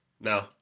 No